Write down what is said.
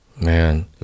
Man